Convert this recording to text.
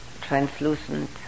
translucent